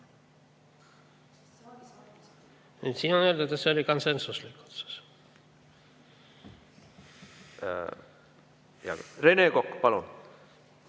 Siin on öeldud, et see oli konsensuslik otsus. Rene Kokk, palun!